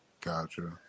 Gotcha